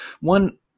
one